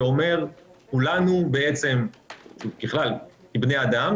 שאומר שכולנו, ככלל, כבני אדם.